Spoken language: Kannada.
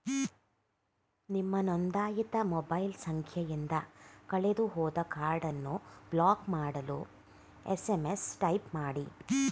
ನಿಮ್ಮ ನೊಂದಾಯಿತ ಮೊಬೈಲ್ ಸಂಖ್ಯೆಯಿಂದ ಕಳೆದುಹೋದ ಕಾರ್ಡನ್ನು ಬ್ಲಾಕ್ ಮಾಡಲು ಎಸ್.ಎಂ.ಎಸ್ ಟೈಪ್ ಮಾಡಿ